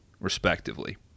respectively